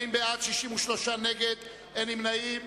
40 בעד, 63 נגד, אין נמנעים.